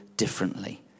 Differently